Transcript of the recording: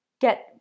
get